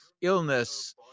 illness